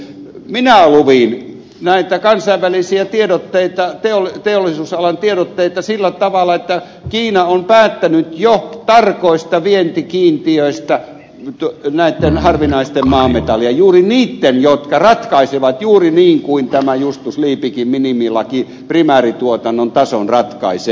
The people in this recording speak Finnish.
minä luin näitä kansainvälisiä teollisuusalan tiedotteita sillä tavalla että kiina on päättänyt jo tarkoista vientikiintiöistä näitten harvinaisten maametallien suhteen juuri niitten jotka ratkaisevat juuri niin kuin tämä justus von liebigin minimilaki primäärituotannon tason ratkaisee